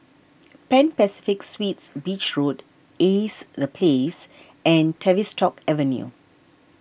Pan Pacific Suites Beach Road Ace the Place and Tavistock Avenue